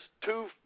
two